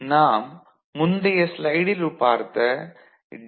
நாம் முந்தைய ஸ்லைடில் பார்த்த டி